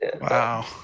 Wow